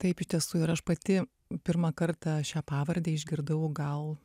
taip iš tiesų ir aš pati pirmą kartą šią pavardę išgirdau gal